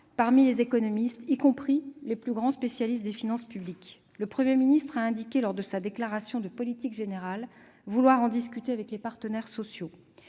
parmi les économistes, y compris les plus grands spécialistes des finances publiques. Le Premier ministre a indiqué lors de sa déclaration de politique générale vouloir en discuter avec les partenaires sociaux.